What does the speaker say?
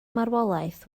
marwolaeth